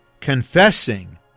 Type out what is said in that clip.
confessing